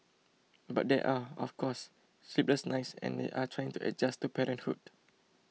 but there are of course sleepless nights and they are trying to adjust to parenthood